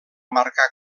marcar